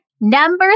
Number